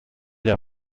der